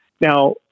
Now